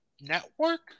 network